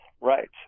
Right